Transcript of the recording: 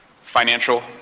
Financial